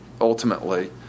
ultimately